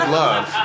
love